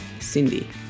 Cindy